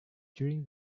during